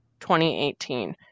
2018